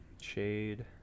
shade